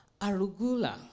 arugula